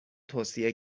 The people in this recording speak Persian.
توصیه